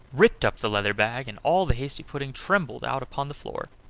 ripped up the leathern bag, and all the hasty-pudding tumbled out upon the floor.